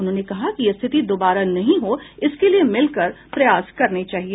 उन्होंने कहा कि यह स्थिति दोबारा नहीं हो इसके लिए मिलकर प्रयास करने चाहिए